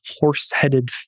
horse-headed